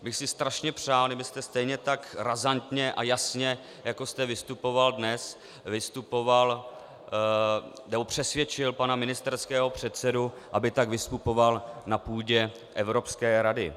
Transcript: Já bych si strašně přál, kdybyste stejně tak razantně a jasně, jako jste vystupoval dnes, přesvědčil pana ministerského předsedu, aby tak vystupoval na půdě Evropské rady.